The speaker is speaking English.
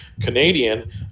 Canadian